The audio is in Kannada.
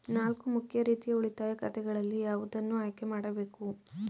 ನಾಲ್ಕು ಮುಖ್ಯ ರೀತಿಯ ಉಳಿತಾಯ ಖಾತೆಗಳಲ್ಲಿ ಯಾವುದನ್ನು ಆಯ್ಕೆ ಮಾಡಬೇಕು?